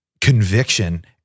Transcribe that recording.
conviction